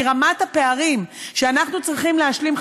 כי רמת הפערים שאנחנו צריכים להשלים,